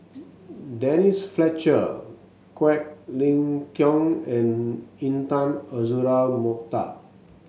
Denise Fletcher Quek Ling Kiong and Intan Azura Mokhtar